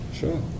Sure